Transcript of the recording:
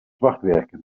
zwartwerken